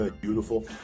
Beautiful